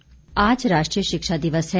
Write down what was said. शिक्षा दिवस आज राष्ट्रीय शिक्षा दिवस है